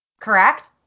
Correct